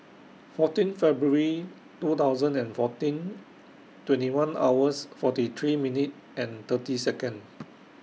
fourteen February two thousand and fourteen twenty one hours forty three minutes and thirty Seconds